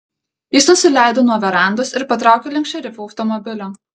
jis nusileido nuo verandos ir patraukė link šerifo automobilio